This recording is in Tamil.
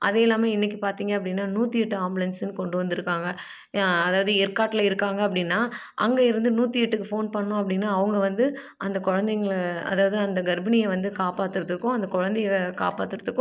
அதே இல்லாமல் இன்னைக்கு பார்த்தீங்க அப்படின்னா நூற்றி எட்டு ஆம்புலன்ஸ்ஸுன்னு கொண்டு வந்து இருக்காங்க அதாவது ஏற்காட்டில் இருக்காங்க அப்படின்னா அங்கே இருந்து நூற்றி எட்டுக்கு ஃபோன் பண்ணோம் அப்படின்னா அவங்க வந்து அந்த குழந்தைங்கள அதாவது அந்த கர்ப்பிணியை வந்து காப்பாற்றுறத்துக்கும் அந்த குழந்தைய காப்பாற்றுறத்துக்கும்